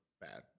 bad